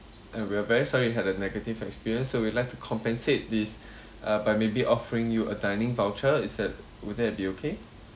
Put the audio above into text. and we are very sorry you had a negative experience so we'd like to compensate this uh by maybe offering you a dining voucher is that would that be okay